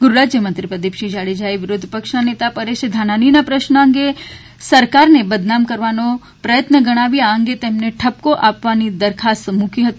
ગૃહરાજયમંત્રી પ્રદીપસિંહ જાડેજાએ વિરોધ પક્ષના નેતા પરેશ ધાનાણીના પ્રશ્ન અંગે સરકારને બદનામ કરવાનો પ્રયત્ન ગણાવી આ અંગે તેમને ઠપકો આપવા દરખાસ્ત મૂકવામાં આવી હતી